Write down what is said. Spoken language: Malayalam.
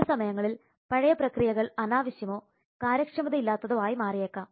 ചില സമയങ്ങളിൽ പഴയ പ്രക്രിയകൾ അനാവശ്യമോ കാര്യക്ഷമതയില്ലാത്തതോ ആയി മാറിയേക്കാം